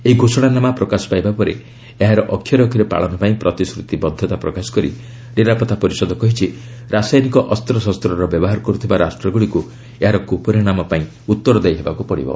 ଏହି ଘୋଷଣାନାମା ପ୍ରକାଶ ପାଇବା ପରେ ଏହାର ଅକ୍ଷରେ ଅକ୍ଷରେ ପାଳନ ପାଇଁ ପ୍ରତିଶ୍ରୁତିବଦ୍ଧତା ପ୍ରକାଶ କରି ନିରାପତ୍ତା ପରିଷଦ କହିଛି ରାସାୟନିକ ଅସ୍ତ୍ରଶସ୍ତର ବ୍ୟବହାର କରୁଥିବା ରାଷ୍ଟ୍ରଗୁଡ଼ିକୁ ଏହାର କୁପରିଣାମ ପାଇଁ ଉତ୍ତରଦାୟୀ ହେବାକୁ ପଡ଼ିବ